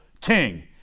king